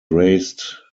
raised